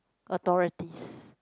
authorities